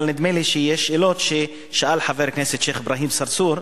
אבל נדמה לי שיש שאלות ששאל חבר הכנסת השיח' אברהים צרצור,